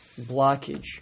blockage